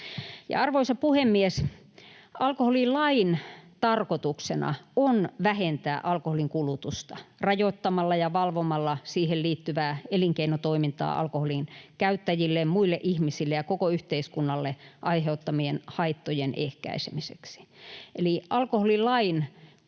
Arvoisa puhemies! Alkoholilain tarkoituksena on vähentää alkoholin kulutusta rajoittamalla ja valvomalla siihen liittyvää elinkeinotoimintaa alkoholin käyttäjille ja muille ihmisille ja koko yhteiskunnalle aiheuttamien haittojen ehkäisemiseksi. Eli alkoholilaki